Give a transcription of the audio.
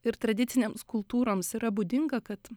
ir tradicinėms kultūroms yra būdinga kad